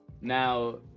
now